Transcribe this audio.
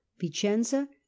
Vicenza